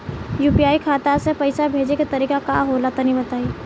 UPI खाता से पइसा भेजे के तरीका का होला तनि बताईं?